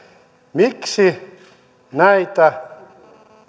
miksi näitä